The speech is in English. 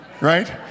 right